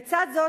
לצד זה,